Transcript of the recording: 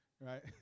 right